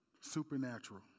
supernatural